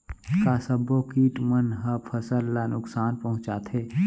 का सब्बो किट मन ह फसल ला नुकसान पहुंचाथे?